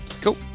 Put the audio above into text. Cool